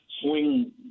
swing